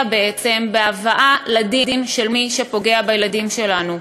בעצם בהבאה לדין של מי שפוגע בילדים שלנו.